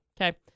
Okay